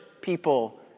people